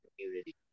community